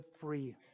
free